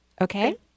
Okay